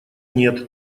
нет